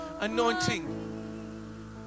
Anointing